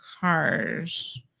cars